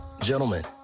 Gentlemen